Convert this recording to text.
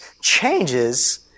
changes